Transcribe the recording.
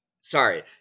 Sorry